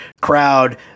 crowd